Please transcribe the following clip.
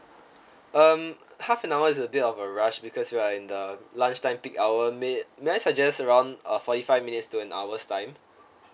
um half an hour is a bit of a rush because we are in the lunch time peak hour may may I suggest around uh forty five minutes to an hour's time